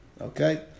Okay